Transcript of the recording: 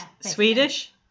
Swedish